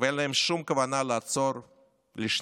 ואין להם שום כוונה לעצור לשנייה,